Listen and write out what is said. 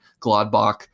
Gladbach